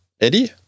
Eddie